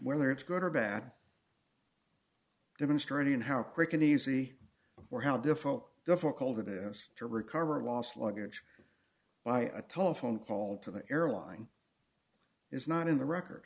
whether it's good or bad demonstrating how quick and easy or how difficult difficult it is to recover a lost luggage by a telephone call to the airline is not in the record